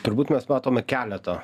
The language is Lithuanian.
turbūt mes matome keletą